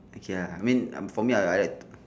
okay lah I mean for me I I